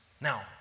Now